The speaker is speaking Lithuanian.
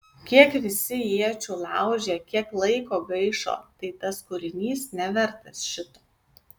kiek visi iečių laužė kiek laiko gaišo tai tas kūrinys nevertas šito